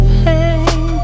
pain